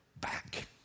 back